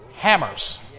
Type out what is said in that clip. hammers